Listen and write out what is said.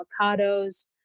avocados